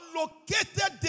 located